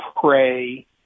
pray